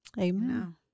amen